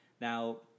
Now